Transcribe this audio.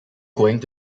going